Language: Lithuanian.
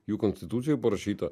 jų konstitucijoj parašyta